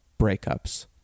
breakups